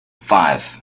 five